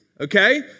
okay